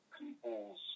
peoples